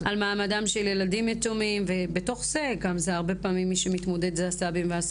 במעמדם של ילדים יתומים ובתוך זה הרבה פעמים מי שמתמודד זה גם הסבים,